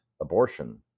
abortion